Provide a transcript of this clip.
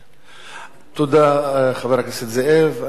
תודה, חבר הכנסת זאב.